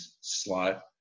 slot